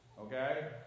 Okay